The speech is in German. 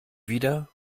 wieder